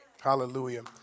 Hallelujah